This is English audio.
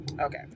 Okay